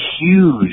huge